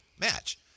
match